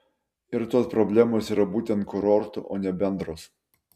ir tos problemos yra būtent kurortų o ne bendros